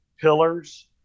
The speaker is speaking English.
pillars